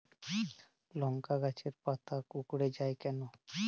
লংকা গাছের পাতা কুকড়ে যায় কেনো?